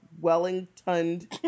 Wellington